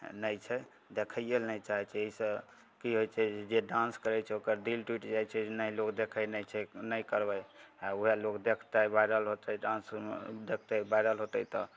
नहि छै देखैएले नहि चाहै छै एहिसे कि होइ छै जे डान्स करै छै ओकर दिल टुटि जाइ छै जे नहि लोक देखै नहि छै नहि करबै आओर वएह लोक देखतै वाइरल होतै डान्समे देखतै वाइरल होतै तऽ